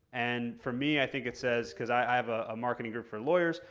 and for me i think it says, because i have a marketing group for lawyers,